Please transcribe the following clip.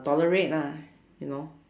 tolerate lah you know